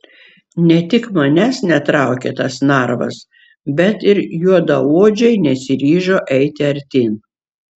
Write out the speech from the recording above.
ne tik manęs netraukė tas narvas bet ir juodaodžiai nesiryžo eiti artyn